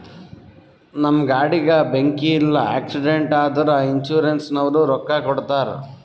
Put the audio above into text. ನಮ್ ಗಾಡಿಗ ಬೆಂಕಿ ಇಲ್ಲ ಆಕ್ಸಿಡೆಂಟ್ ಆದುರ ಇನ್ಸೂರೆನ್ಸನವ್ರು ರೊಕ್ಕಾ ಕೊಡ್ತಾರ್